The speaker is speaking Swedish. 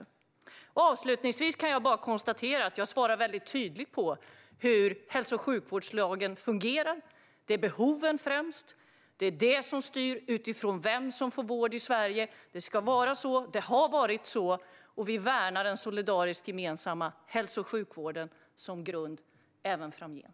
Avslutningsvis kan jag konstatera att jag svarade väldigt tydligt på hur hälso och sjukvårdslagen fungerar. Det är behoven som sätts främst. Det är detta som styr vem som får vård i Sverige. Det ska vara så, det har varit så och vi värnar den solidariska gemensamma hälso och sjukvården som grund även framgent.